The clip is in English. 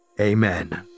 amen